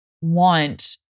want